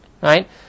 Right